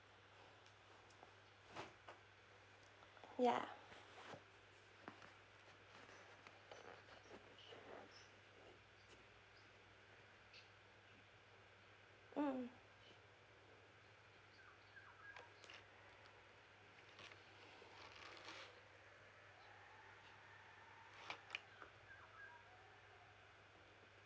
ya mm